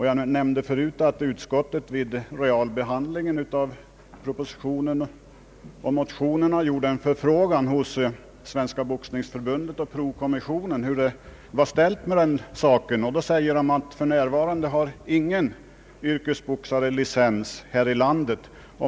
Jag nämnde förut att utskottet vid realbehandlingen av propositionen och motionerna gjort en förfrågan hos Svenska boxningsförbundet och prokommissionen och fått till svar att det för närvarande inte finns någon yrkesboxare med licens i landet.